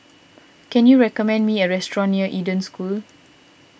can you recommend me a restaurant near Eden School